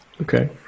okay